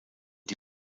die